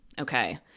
Okay